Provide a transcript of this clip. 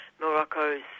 Morocco's